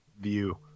view